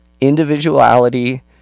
individuality